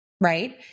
right